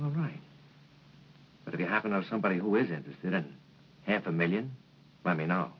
right but if you happen to somebody who is interested in half a million i mean